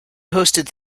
hosted